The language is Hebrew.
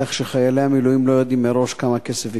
כך שחיילי המילואים לא יודעים מראש כמה כסף יקבלו.